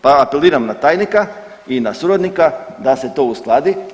Pa apeliram na tajnika i na suradnika da se to uskladi.